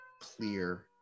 clear